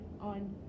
on